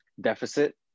deficit